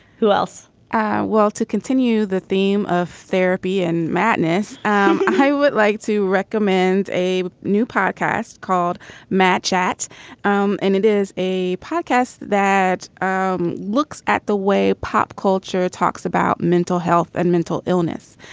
who else well to continue the theme of therapy and madness um i would like to recommend a new podcast called matt chats um and it is a podcast that um looks at the way pop culture talks about mental health and mental illness.